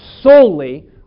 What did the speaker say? solely